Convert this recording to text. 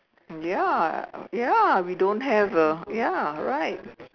ya ya we don't have the ya right